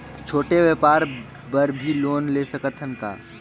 छोटे व्यापार बर भी लोन ले सकत हन का?